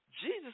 Jesus